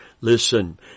Listen